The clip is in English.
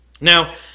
Now